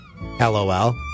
LOL